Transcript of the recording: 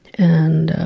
and